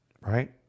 Right